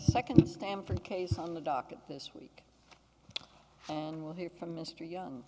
second stamford case on the docket this week and we'll hear from mr young